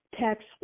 text